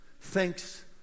Thanks